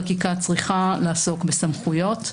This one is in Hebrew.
חקיקה צריכה לעסוק בסמכויות,